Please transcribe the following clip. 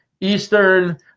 Eastern